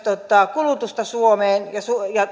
kulutusta suomeen ja